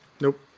Nope